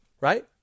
right